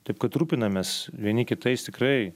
taip kad rūpinamės vieni kitais tikrai